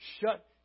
Shut